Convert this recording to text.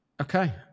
Okay